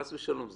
חס ושלום,